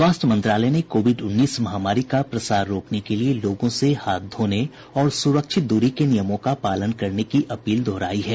स्वास्थ्य मंत्रालय ने कोविड उन्नीस महामारी का प्रसार रोकने के लिए लोगों से हाथ धोने और सुरक्षित दूरी के नियमों का पालन करने की अपील दोहराई है